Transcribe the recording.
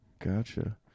Gotcha